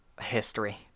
history